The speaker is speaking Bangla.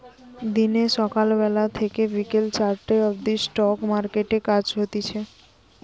দিনে সকাল বেলা থেকে বিকেল চারটে অবদি স্টক মার্কেটে কাজ হতিছে